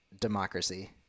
democracy